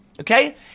Okay